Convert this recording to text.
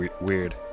weird